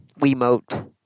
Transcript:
wiimote